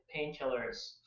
painkillers